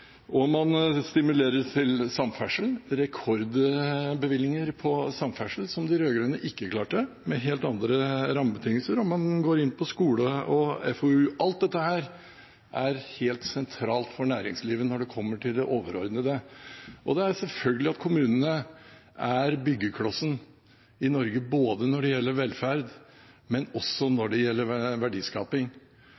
og man stimulerer samferdsel – rekordbevilgninger til samferdsel – som de rød-grønne ikke klarte, de hadde helt andre rammebetingelser, og man går inn for skole og FoU. Alt dette er helt sentralt for næringslivet når det kommer til det overordnede. Og det er en selvfølge at kommunene er byggeklossene i Norge, både når det gjelder velferd, og når det gjelder verdiskaping.